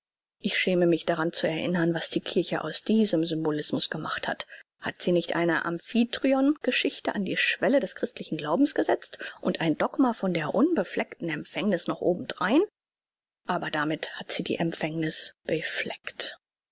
ich schäme mich daran zu erinnern was die kirche aus diesem symbolismus gemacht hat hat sie nicht eine amphitryon geschichte an die schwelle des christlichen glaubens gesetzt und ein dogma von der unbefleckten empfängniß noch obendrein aber damit hat sie die empfängniß befleckt